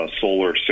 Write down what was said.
solar